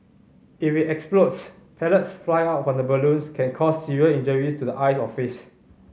if it explodes pellets fly out of the balloon can cause serious injuries to the eyes or face